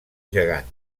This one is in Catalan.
gegant